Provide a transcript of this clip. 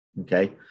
Okay